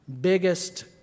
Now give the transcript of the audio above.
biggest